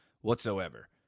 whatsoever